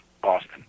Boston